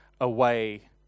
away